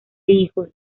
hijos